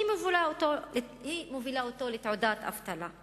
היא מובילה אותו לתעודת אבטלה.